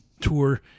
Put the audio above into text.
tour